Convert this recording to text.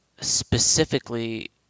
specifically